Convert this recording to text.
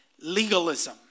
legalism